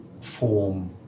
form